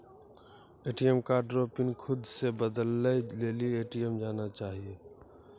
ATM card रो pin खुद से बदलै लेली ए.टी.एम जाना चाहियो